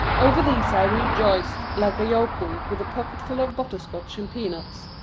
over these i rejoiced like a yokel with a pocketful of butterscotch and peanuts.